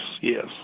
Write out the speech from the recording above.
yes